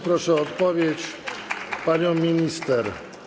Proszę o odpowiedź panią minister.